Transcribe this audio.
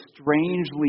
strangely